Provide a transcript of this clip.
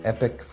Epic